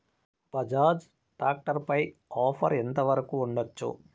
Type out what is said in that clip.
Bajaj tractor పై offer ఎంత వరకు ఉండచ్చు?